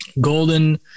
golden